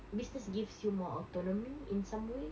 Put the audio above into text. business gives you more autonomy in some way